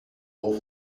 ohr